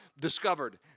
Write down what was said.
discovered